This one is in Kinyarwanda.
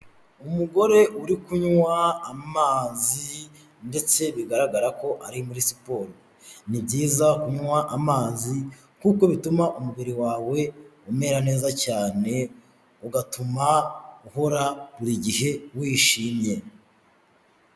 Umugore uri kunywa amazi, ndetse bigaragara ko ari muri siporo, ni byiza kunywa amazi, kuko bituma umubiri wawe umera neza cyane, ugatuma uhora buri gihe wishimye.